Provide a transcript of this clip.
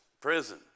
prison